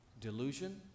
delusion